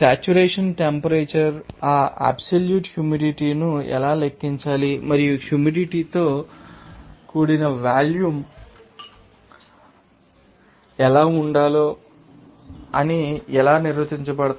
saturation temperature ఆ absolute హ్యూమిడిటీను ఎలా లెక్కించాలి మరియు హ్యూమిడిటీతో కూడిన వాల్యూమ్ ఎలా ఉండాలో అవి ఎలా నిర్వచించబడతాయి